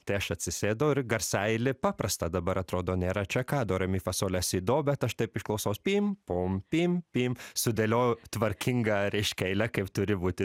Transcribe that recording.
tai aš atsisėdau ir garsaeilį paprastą dabar atrodo nėra čia ką do re mi fa sol la si do bet aš taip iš klausos pim pom pim pim sudėliojau tvarkingą reiškia eilę kaip turi būti